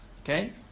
Okay